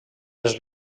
les